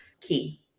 key